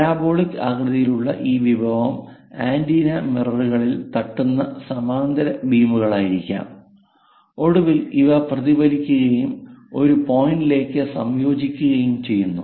parabolic ആകൃതിയിലുള്ള ഈ വിഭവം ആന്റിന മിററുകളിൽ തട്ടുന്ന സമാന്തര ബീമുകളായിരിക്കാം ഒടുവിൽ ഇവ പ്രതിഫലിപ്പിക്കുകയും ഒരു പോയിന്റിലേക്ക് സംയോജിക്കുകയും ചെയ്യുന്നു